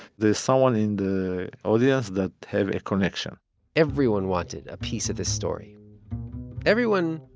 there's someone in the audience that have a connection everyone wanted a piece of this story everyone,